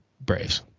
Braves